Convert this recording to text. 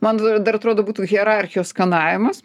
man dar atrodo būtų hierarchijos skanavimas